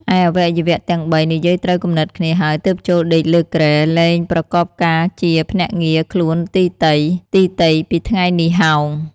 ឯអវយវៈទាំង ៣ និយាយត្រូវគំនិតគ្នាហើយទើបចូលដេកលើគ្រែ លែង ប្រកបការជាភ្នាក់ងារខ្លួនទីទៃ ៗ ពីថ្ងៃនោះហោង ។